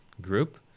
group